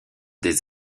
des